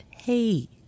hey